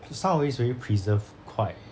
some of it is really preserved quite